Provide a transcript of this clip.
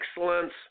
excellence